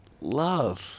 love